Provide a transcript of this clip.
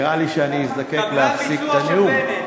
נראה לי שאני אזדקק להפסיק את הנאום.